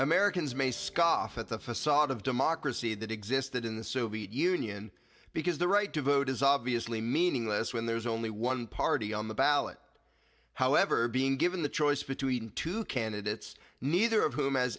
americans may scoff at the facade of democracy that existed in the soviet union because the right to vote is obviously meaningless when there's only one party on the ballot however being given the choice between two candidates neither of whom has